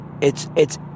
it's—it's